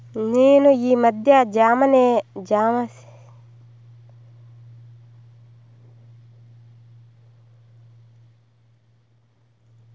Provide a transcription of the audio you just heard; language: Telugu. నేను ఈ మధ్య జామ సేసిన డబ్బులు రెండు వేలు ఇంతవరకు దాకా నా అకౌంట్ కు జామ కాలేదు ఎందుకు?